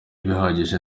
bihagije